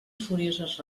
furioses